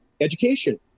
education